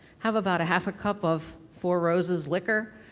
have about half a cup of four roses liquor,